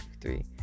three